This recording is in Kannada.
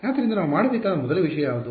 ಆದ್ದರಿಂದ ನಾನು ಮಾಡಬೇಕಾದ ಮೊದಲ ವಿಷಯ ಯಾವುದು